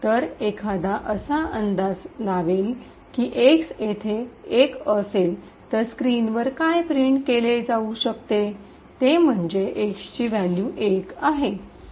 तर एखादा असा अंदाज लावेल की x येथे एक असेल तर स्क्रीनवर काय प्रिंट केले जाऊ शकते ते म्हणजे x ची व्हॅल्यू १ आहे